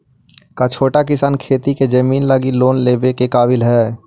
का छोटा किसान खेती के जमीन लगी लोन लेवे के काबिल हई?